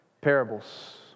Parables